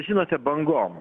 žinote bangom